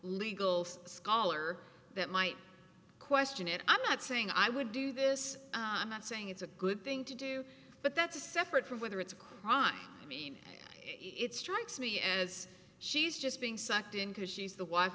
legal scholar that might question it i'm not saying i would do this i'm not saying it's a good thing to do but that's a separate from whether it's a crime i mean it's strikes me as she's just being sucked into she's the wife